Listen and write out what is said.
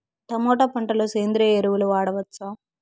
Tomato పంట లో సేంద్రియ ఎరువులు వాడవచ్చా?